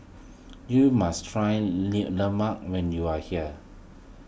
you must try Lemang when you are here